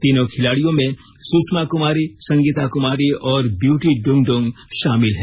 तीनों खिलाडियों में सुषमा कमारी संगीता कमारी और ब्यूटी इंगइंग शामिल हैं